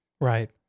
Right